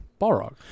Balrog